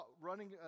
running